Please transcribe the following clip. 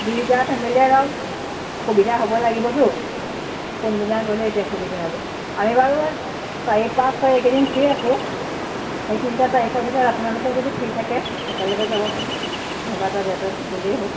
দুইটা ফেমিলীয়ে ধৰক সুবিধা হ'ব লাগিবতো কোনদিনা গ'লে এতিয়া সুবিধা হ'ব আমি বাৰু চাৰি পাঁচ ছয় এইকেদিন ফ্ৰী আছোঁ সেই তিনিটা তাৰিখৰ ভিতৰত আপোনালোকৰ যদি ফ্ৰী থাকে একেলগে যাব পাৰিম কোনোবা এটা ডে'টত গ'লেই হ'ল